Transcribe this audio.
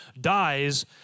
dies